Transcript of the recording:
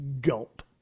Gulp